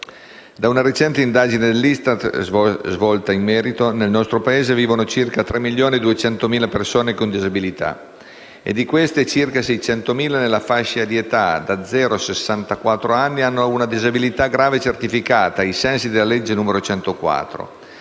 Da una recente indagine dell'ISTAT svolta in merito, nel nostro Paese vivono circa 3.200.000 persone con disabilità, e di queste circa 600.000 nella fascia di età da zero a sessantaquattro anni hanno una disabilità grave certificata ai sensi della legge n. 104